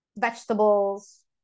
vegetables